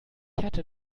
hätte